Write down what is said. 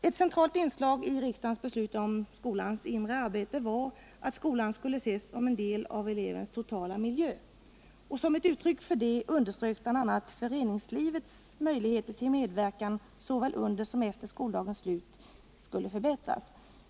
Ett centralt inslag i riksdagens beslut om skolans inre arbete var att skolan skulle ses som en del av elevens totala miljö. Som ett uttryck för detta underströks bl.a. att föreningslivets möjligheter till medverkan såväl under som efter skoldagens slut skulle förbättras.